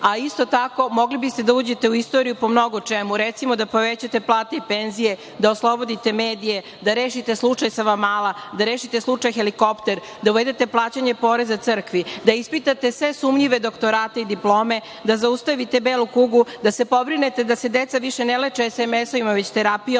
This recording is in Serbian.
a isto tako, mogli biste da uđete u istoriju po mnogo čemu, recimo, da povećate plate i penzije, da oslobodite medije, da rešite slučaj Savamala, da rešite slučaj helikopter, da uvedete plaćanje poreza crkvi, da ispitate sve sumnjive doktorate i diplome, da zaustavite belu kugu, da se pobrinete da se deca više ne leče SMS-ovima već terapijom,